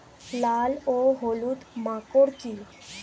লাল ও হলুদ মাকর কী?